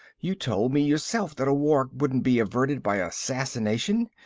you told me yourself that a war couldn't be averted by assassination.